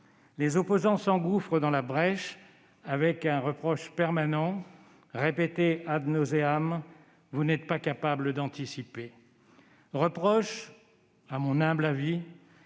Les opposants s'engouffrent dans la brèche avec un reproche permanent, répété :« Vous n'êtes pas capables d'anticiper. » Ce reproche est, à mon humble avis,